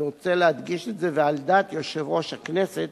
אני רוצה להדגיש את זה על דעת יושב-ראש הכנסת,